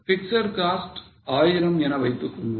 fixed cost 1000 என வைத்துக்கொள்வோம்